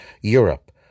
Europe